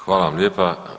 Hvala vam lijepa.